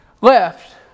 left